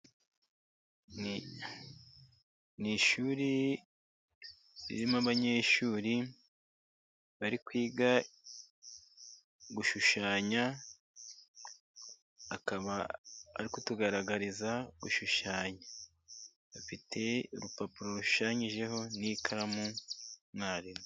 Ni ishuri ririmo abanyeshuri bari kwiga gushushanya, akaba ari kutugaragariza gushushanya, afite urupapuro rushushanyijeho n'ikaramu, mwarimu.